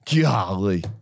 Golly